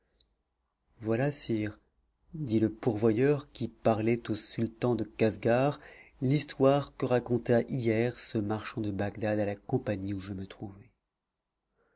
voilà sire dit le pourvoyeur qui parlait au sultan de casgar l'histoire que raconta hier ce marchand de bagdad à la compagnie où je me trouvai